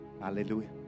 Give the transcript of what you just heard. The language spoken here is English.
Hallelujah